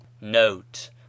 note